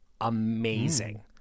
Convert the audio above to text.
amazing